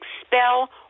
expel